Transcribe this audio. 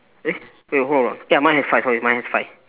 eh wait hold on hold on ya mine has five sorry mine has five